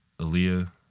Aaliyah